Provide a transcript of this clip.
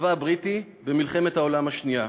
בצבא הבריטי במלחמת העולם השנייה.